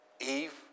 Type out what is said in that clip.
Eve